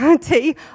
tea